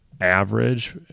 average